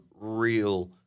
real